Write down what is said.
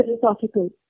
philosophical